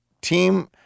team